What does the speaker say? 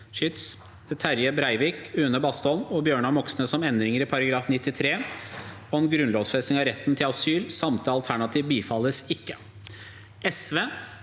Terje Breivik, Une Bastholm og Bjørnar Moxnes om endring i § 93 (om grunnlovfesting av retten til asyl) – samtlige alternativer – bifalles ikke.